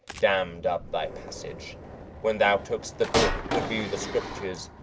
damm'd up thy passage when thou took'st the book to view the scriptures,